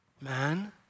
man